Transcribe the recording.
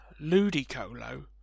Ludicolo